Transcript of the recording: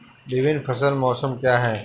विभिन्न फसल मौसम क्या हैं?